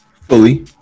Fully